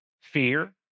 fear